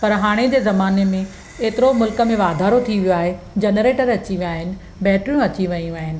पर हाणे जे ज़माने में एतिरो मुल्क में वाधारो थी वियो आहे जनरेटर अची विया आहिनि बैटरियूं अची वियूं आहिनि